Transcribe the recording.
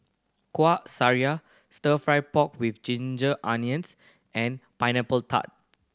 kuah sariya Stir Fry pork with ginger onions and Pineapple Tart